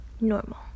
normal